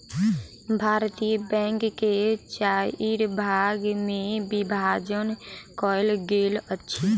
भारतीय बैंक के चाइर भाग मे विभाजन कयल गेल अछि